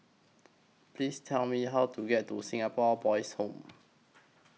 Please Tell Me How to get to Singapore Boys' Home